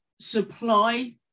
supply